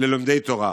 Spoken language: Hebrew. ללומדי תורה.